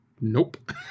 Nope